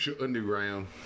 underground